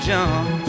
John